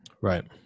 Right